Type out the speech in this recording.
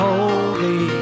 Holy